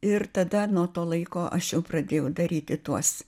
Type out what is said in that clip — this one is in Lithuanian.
ir tada nuo to laiko aš jau pradėjau daryti tuos